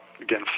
Again